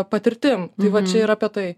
patirtim tai va čia yra apie tai